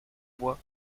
bois